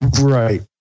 Right